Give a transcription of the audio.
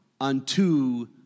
unto